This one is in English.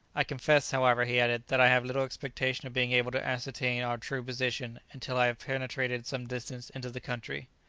i confess, however, he added, that i have little expectation of being able to ascertain our true position, until i have penetrated some distance into the country.